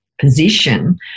position